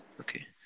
okay